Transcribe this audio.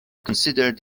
considered